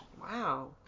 Wow